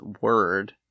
word